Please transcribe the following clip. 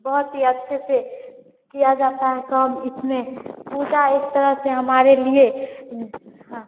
बहुत ही अच्छे से किया जाता है काम इसमें पूजा एक तरह से हमारे लिए हाँ